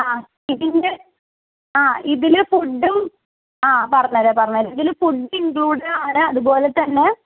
ആ ഇതിന്റെ ആ ഇതിൽ ഫുഡ്ഡും ആ പറഞ്ഞു തരാം പറഞ്ഞു തരാം ഇതിൽ ഫുഡ് ഇൻക്ലൂഡഡാണ് അതുപോലെ തന്നെ